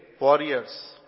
warriors